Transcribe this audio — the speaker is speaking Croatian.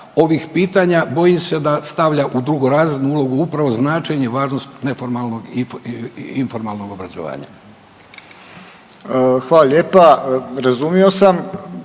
ovih pitanja bojim se da stavlja u drugorazrednu ulogu upravo značenje i važnog neformalnog informalnog obrazovanja. **Paljak, Tomislav**